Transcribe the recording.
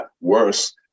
worse